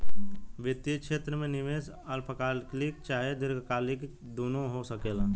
वित्तीय क्षेत्र में निवेश अल्पकालिक चाहे दीर्घकालिक दुनु हो सकेला